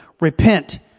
repent